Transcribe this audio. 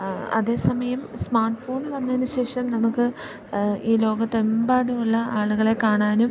അതേസമയം സ്മാർട്ട്ഫോൺ വന്നതിന് ശേഷം നമുക്ക് ഈ ലോകത്തെമ്പാടുമുള്ള ആളുകളെ കാണാനും